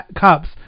cups